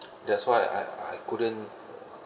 that's why I I couldn't